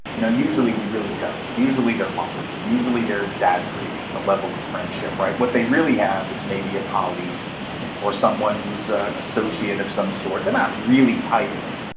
you know usually we really don't. usually they're lying. usually they're exaggerating the level of friendship, right? what they really have is maybe a colleague or someone who's an associate of some sort. they're not really tight though.